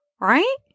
right